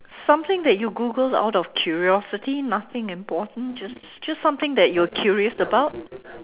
something that you Googled out of curiosity nothing important just just something that you were curious about